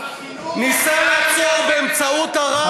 ניסה לעצור באמצעות ערר לממשלה,